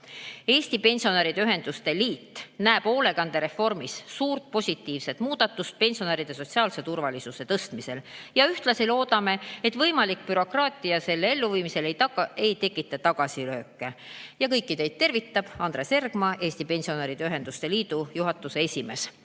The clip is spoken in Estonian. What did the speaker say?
Eesti Pensionäride Ühenduste Liit näeb hoolekande reformis suurt positiivset muudatust pensionäride sotsiaalse turvalisuse tõstmises. Ühtlasi loodame, et võimalik bürokraatia selle elluviimisel ei tekita tagasilööke." Ja kõiki teid tervitab Andres Ergma, Eesti Pensionäride Ühenduste Liidu juhatuse esimees.